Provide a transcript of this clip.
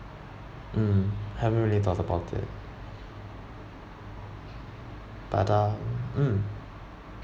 mm haven't really thought about it but um mm